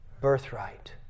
birthright